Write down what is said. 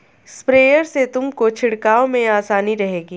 sprayer से तुमको छिड़काव में आसानी रहेगी